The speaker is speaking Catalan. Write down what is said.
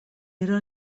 era